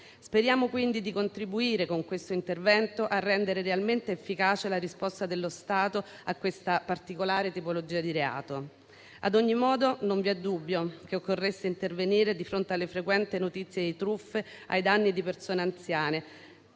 Speriamo quindi di contribuire, con questo intervento, a rendere realmente efficace la risposta dello Stato a questa particolare tipologia di reato. Ad ogni modo, non vi è dubbio che occorresse intervenire di fronte alle frequenti notizie di truffe ai danni di persone anziane